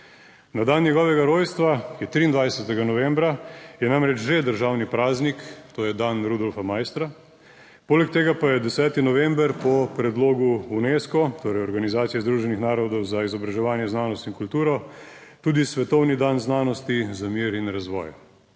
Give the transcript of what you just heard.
Na dan njegovega rojstva, ki je 23. novembra, je namreč že državni praznik, to je dan Rudolfa Maistra, poleg tega pa je 10. november po predlogu Unesco, torej Organizacije Združenih narodov za izobraževanje, znanost in kulturo, tudi svetovni dan znanosti za mir in razvoj.